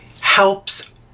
helps